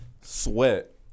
sweat